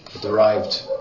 derived